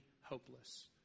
hopeless